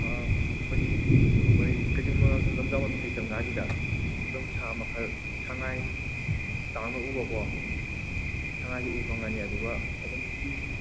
ꯑꯥ ꯑꯩꯈꯣꯏ ꯀꯩꯗꯤꯝ ꯃꯉꯛ ꯂꯝꯖꯥꯎ ꯃꯅꯨꯡ ꯗꯩ ꯆꯪꯉꯥꯛꯑꯅꯤꯗ ꯑꯗꯨꯝ ꯁꯥ ꯃꯈꯜ ꯁꯪꯉꯥꯏ ꯇꯥꯡꯅ ꯎꯕꯀꯣ ꯁꯪꯉꯥꯏꯗꯤ ꯎꯕ ꯐꯪꯉꯅꯤ ꯑꯗꯨꯒ ꯑꯗꯨꯝ ꯍꯤ